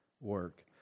work